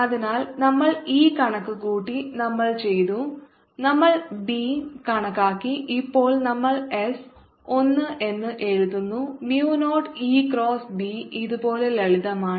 അതിനാൽ നമ്മൾ E കണക്കുകൂട്ടി നമ്മൾ ചെയ്തു നമ്മൾ B കണക്കാക്കി ഇപ്പോൾ നമ്മൾ s 1 എന്ന് എഴുതുന്നു mu naught E cross B ഇത് പോലെ ലളിതമാണ്